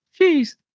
Jeez